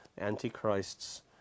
Antichrist's